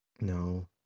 No